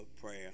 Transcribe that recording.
prayer